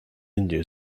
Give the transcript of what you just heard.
india